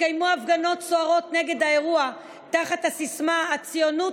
התקיימו הפגנות סוערת נגד האירוע תחת הסיסמה: הציונות